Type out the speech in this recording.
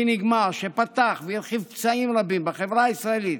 נגמר שפתח והרחיב פצעים רבים בחברה הישראלית,